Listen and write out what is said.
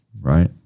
right